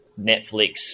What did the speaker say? Netflix